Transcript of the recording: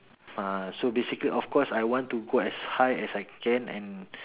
ah so basically of course I want to go as high as I can and